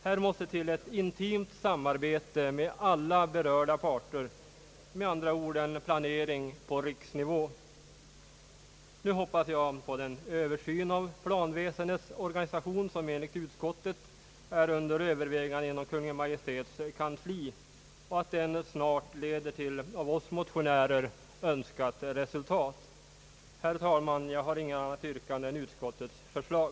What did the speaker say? Här måste till ett intimt samarbete med alla berörda parter, med andra ord en planering på riksnivå. Nu hoppas jag på den översyn av planväsendets organisation, som enligt utskottet är under övervägande inom Kungl. Maj:ts kansli och att den snart leder till av oss motionärer önskat resultat. Herr talman! Jag har intet annat yrkande än om bifall till utskottets förslag.